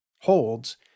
holds